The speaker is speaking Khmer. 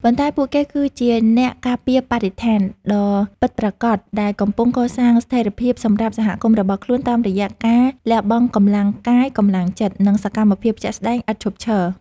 ប៉ុន្តែពួកគេគឺជា អ្នកការពារបរិស្ថាន ដ៏ពិតប្រាកដដែលកំពុងកសាងស្ថិរភាពសម្រាប់សហគមន៍របស់ខ្លួនតាមរយៈការលះបង់កម្លាំងកាយ កម្លាំងចិត្ត និងសកម្មភាពជាក់ស្ដែងឥតឈប់ឈរ។